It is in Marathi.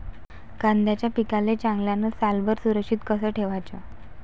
कांद्याच्या पिकाले चांगल्यानं सालभर सुरक्षित कस ठेवाचं?